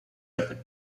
over